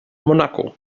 monaco